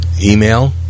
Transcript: Email